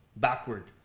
backward,